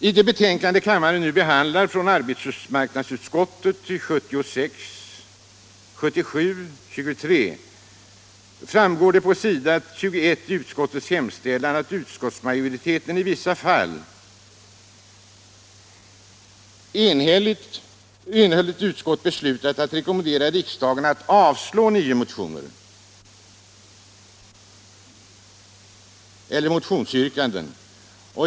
I det betänkande från arbetsmarknadsutskottet, 1976/77:23, som kammaren nu behandlar framgår det på s. 31 i utskottets hemställan att ett enigt utskott i vissa fall beslutat rekommendera riksdagen att avslå nio motionsyrkanden.